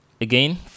Again